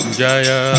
jaya